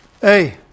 hey